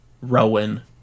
Rowan